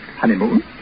Honeymoon